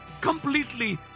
completely